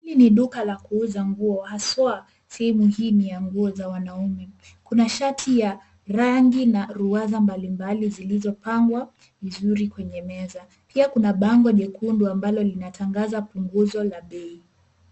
Hili duka la kuuza nguo haswa simu ya nguo za wanaume. Kuna shati ya rangi na ruaza mbali mbali zilizopangwa vizuri kwenye meza. Pia kuna bango jekundu ambalo linatangaza punguzo la bei.